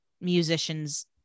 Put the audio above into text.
musicians